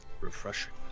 Refreshing